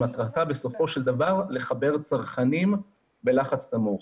שמטרתה בסופו של דבר לחבר צרכנים בלחץ נמוך.